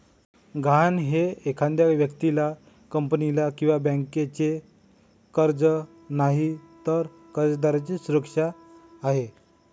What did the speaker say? गहाण हे एखाद्या व्यक्तीला, कंपनीला किंवा बँकेचे कर्ज नाही, तर कर्जदाराची सुरक्षा आहे